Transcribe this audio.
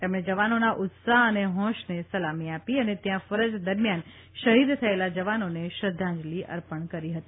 તેમણે જવાનોના ઉત્સાહ અને હોંશને સલામી આપી અને ત્યાં ફરજ દરમિયાન શહીદ થયેલા જવાનોને શ્રદ્ધાંજલિ અર્પણ કરી હતી